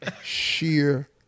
sheer